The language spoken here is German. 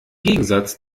gegensatz